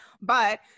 but-